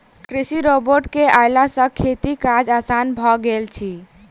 कृषि रोबोट के अयला सॅ खेतीक काज आसान भ गेल अछि